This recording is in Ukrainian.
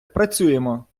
працюємо